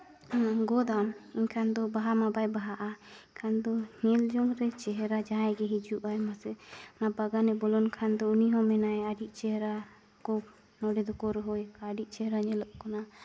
ᱚᱱᱟ ᱜᱚᱫᱟᱢ ᱮᱱᱠᱷᱟᱱ ᱫᱚ ᱵᱟᱦᱟ ᱢᱟ ᱵᱟᱭ ᱵᱟᱦᱟᱜᱼᱟ ᱠᱷᱟᱱ ᱫᱚ ᱧᱮᱞ ᱡᱚᱝ ᱨᱮ ᱪᱮᱦᱨᱟ ᱡᱟᱦᱟᱸᱭ ᱜᱮ ᱦᱤᱡᱩᱜᱼᱟᱭ ᱢᱟᱥᱮ ᱚᱱᱟ ᱵᱟᱜᱟᱱᱮ ᱵᱚᱞᱚᱱ ᱠᱷᱟᱱ ᱫᱚ ᱩᱱᱤ ᱦᱚᱸ ᱢᱮᱱᱟᱭ ᱟᱹᱰᱤ ᱪᱮᱦᱨᱟ ᱠᱚ ᱱᱚᱸᱰᱮ ᱫᱚᱠᱚ ᱨᱚᱦᱚᱭ ᱟᱠᱟᱫᱼᱟ ᱟᱹᱰᱤ ᱪᱮᱦᱨᱟ ᱧᱮᱞᱚᱜ ᱠᱟᱱᱟ